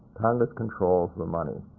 congress controls the money.